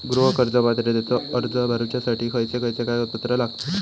गृह कर्ज पात्रतेचो अर्ज भरुच्यासाठी खयचे खयचे कागदपत्र लागतत?